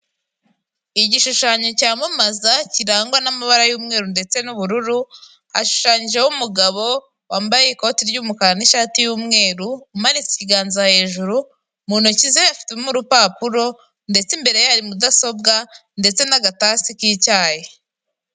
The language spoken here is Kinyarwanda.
Igishushanyo cyamamaza kirangwa n'amabara y'umweru ndetse n'ubururu, hashushanyijeho umugabo wambaye ikoti ry'umukara n'ishati y'umweru, umanitse ikiganza hejuru, mu ntoki ze afitemo urupapuro, ndetse imbere ye hari mudasobwa ndetse n'agatasi k'icyayi.